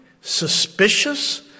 suspicious